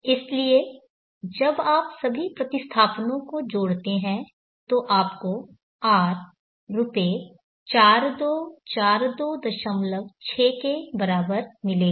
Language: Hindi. इसलिए जब आप सभी प्रतिस्थापनों को जोड़ते हैं तो आपको R रुपये 42426 के बराबर मिलेगा